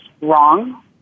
wrong